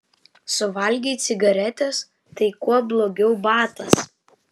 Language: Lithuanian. suvalgei cigaretes tai kuo blogiau batas